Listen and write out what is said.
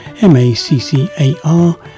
M-A-C-C-A-R